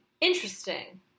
interesting